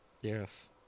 Yes